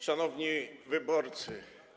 Szanowni Wyborcy!